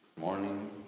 Morning